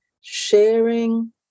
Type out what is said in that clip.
sharing